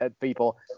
people